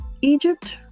Egypt